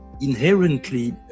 inherently